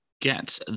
get